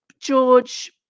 George